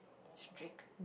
strict